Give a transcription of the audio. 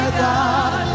god